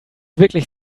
wirklich